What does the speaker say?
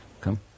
come